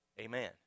Amen